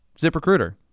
ZipRecruiter